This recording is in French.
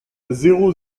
zéro